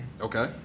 Okay